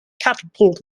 catapult